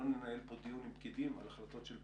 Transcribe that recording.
לא ננהל פה דיון עם פקידים על החלטות של פוליטיקאים.